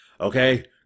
Okay